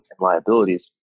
liabilities